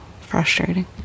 Frustrating